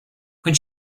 when